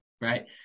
Right